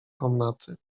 komnaty